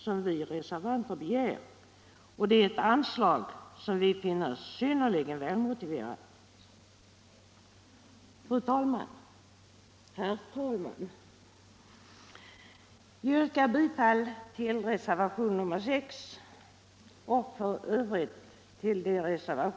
som vi reservanter begär, och det är ett anslag som vi finner synnerligen välmotiverat.